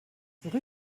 rue